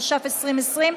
התש"ף 2020,